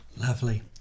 Lovely